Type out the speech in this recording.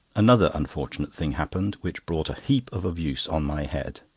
another unfortunate thing happened, which brought a heap of abuse on my head.